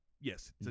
yes